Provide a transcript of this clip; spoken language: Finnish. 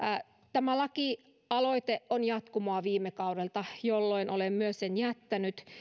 tämä lakialoite on jatkumoa viime kaudelta jolloin olen myös sen jättänyt